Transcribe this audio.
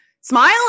smile